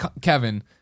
Kevin